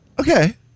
Okay